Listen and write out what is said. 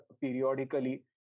periodically